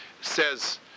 says